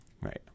Right